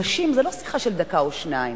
אנשים, זה לא שיחה של דקה או שתיים.